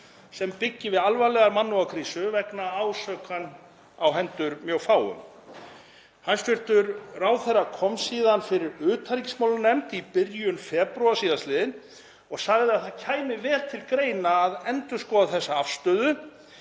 sem byggi við alvarlega mannúðarkrísu vegna ásakana á hendur mjög fáum. Hæstv. ráðherra kom síðan fyrir utanríkismálanefnd í byrjun febrúar síðastliðinn og sagði að það kæmi vel til greina að endurskoða þessa afstöðu